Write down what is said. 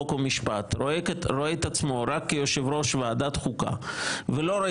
חוק ומשפט רואה את עצמו רק כיושב ראש ועדת חוקה ולא רואה